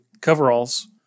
coveralls